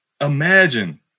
imagine